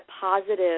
positive